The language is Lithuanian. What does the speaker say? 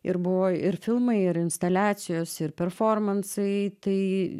ir buvo ir filmai ir instaliacijos ir performansai tai